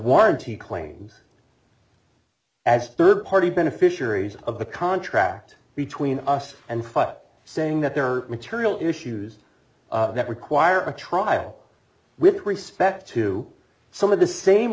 warranty claims as third party beneficiaries of the contract between us and file saying that there are material issues that require a trial with respect to some of the same